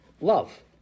Love